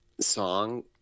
song